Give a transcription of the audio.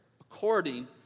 according